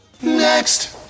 Next